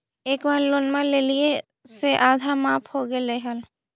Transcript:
एक बार लोनवा लेलियै से आधा माफ हो गेले हल?